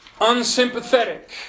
unsympathetic